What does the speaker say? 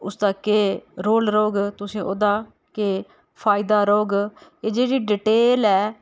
उसदा केह् रोल रौह्ग तुसें ओह्दा केह् फायदा रौह्ग एह् जेह्ड़ी डिटेल ऐ